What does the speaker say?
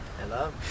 Hello